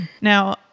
Now